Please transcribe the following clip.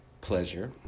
pleasure